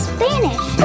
Spanish